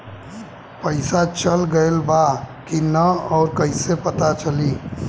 पइसा चल गेलऽ बा कि न और कइसे पता चलि?